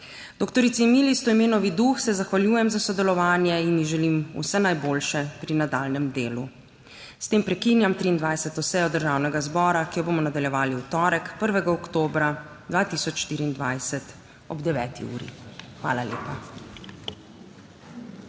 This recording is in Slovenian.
Dr. Emiliji Stojmenovi Duh se zahvaljujem za sodelovanje in ji želim vse najboljše pri nadaljnjem delu. S tem prekinjam 23. sejo Državnega zbora, ki jo bomo nadaljevali v torek, 1. oktobra 2024, ob 9. uri. Hvala lepa.